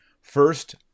First